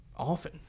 often